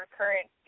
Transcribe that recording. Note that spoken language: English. current